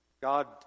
God